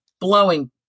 blowing